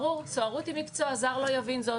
ברור, סוהרות היא מקצוע, זר לא יבין זאת.